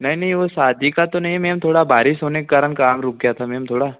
नहीं नहीं वो शादी का तो नहीं मैम थोड़ा बारिश होने के कारण काम रुक गया था मैम थोड़ा